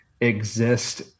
exist